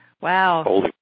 Wow